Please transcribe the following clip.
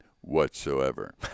whatsoever